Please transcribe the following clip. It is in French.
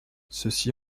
ceci